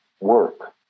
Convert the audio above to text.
work